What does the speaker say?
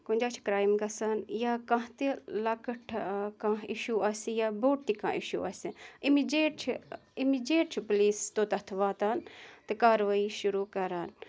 کُنہِ جایہِ چھِ کرٛایم گژھان یا کانٛہہ تہِ لَکٕٹۍ کانٛہہ اِشوٗ آسہِ یا بوٚڑ تہِ کانٛہہ اِشوٗ آسہِ اِمِجیٹ چھِ اِمِجیٹ چھِ پُلیٖس توٚتَتھ واتان تہٕ کاروٲیی شروٗع کَران